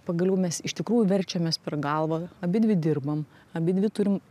pagaliau mes iš tikrųjų verčiamės per galvą abidvi dirbam abidvi turim